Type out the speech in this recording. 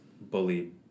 bullied